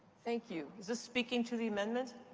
thank you. is this speaking to the amendment?